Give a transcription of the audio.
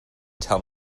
tell